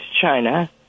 china